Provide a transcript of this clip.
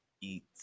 eat